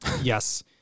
Yes